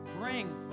bring